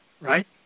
Right